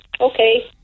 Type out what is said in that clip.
okay